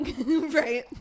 Right